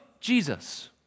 Jesus